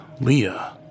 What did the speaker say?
Leah